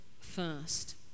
first